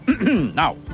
Now